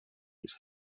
است